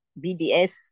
BDS